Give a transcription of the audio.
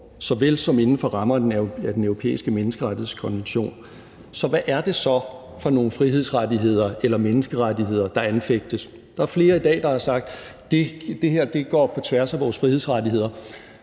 såvel som inden for rammerne af Den Europæiske Menneskerettighedskonvention. Så hvad er det så for nogle frihedsrettigheder eller menneskerettigheder, der anfægtes? Der er flere i dag, der har sagt, at det her går på tværs af vores frihedsrettigheder.